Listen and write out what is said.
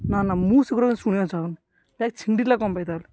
ନା ନା ମୁଁ ସେଗୁଡ଼ାକ ଶୁଣିବାକୁ ଚାହୁଁନି ନାଇଁ ଛିଣ୍ଡିଲା କ'ଣ ପାଇଁ ତା'ହେଲେ